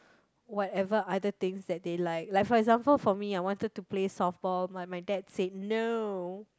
whatever other things that they like like for example for me I wanted to play softball my my dad say no